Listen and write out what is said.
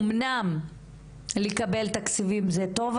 אומנם לקבל תקציבים זה טוב,